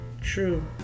true